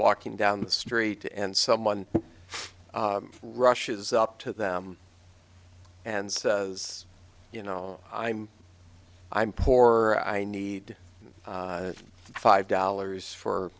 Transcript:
walking down the street and someone rushes up to them and says you know i'm i'm poor i need five dollars for